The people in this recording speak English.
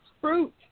fruit